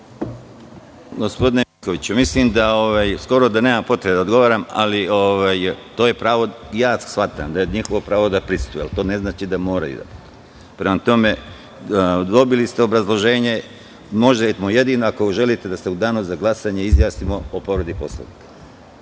Gospodine Mikoviću, mislim da skoro da nema potrebe da odgovaram, ali ja shvatam da je njihovo prava da prisustvuju, ali to ne znači da moraju. Prema tome, dobili ste obrazloženje, jedino ako želite da se u danu za glasanje izjasnimo o povredi Poslovnika?